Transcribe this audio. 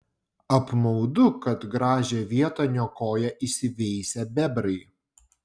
apmaudu kad gražią vietą niokoja įsiveisę bebrai